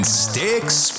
sticks